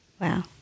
wow